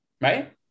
right